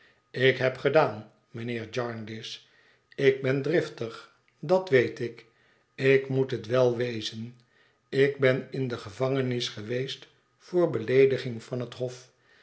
ik heb gedaan mijnheer jarndyce ik ben driftig dat weet ik ik moet het wel wezen ik ben in de gevangenis geweest voor beleediging van het hof